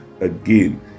again